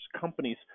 companies